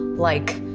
like,